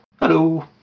Hello